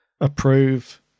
approve